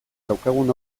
daukagun